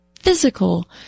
physical